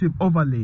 overlay